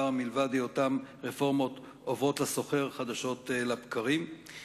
מלבד היותן רפורמות עוברות לסוחר חדשות לבקרים.